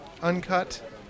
Uncut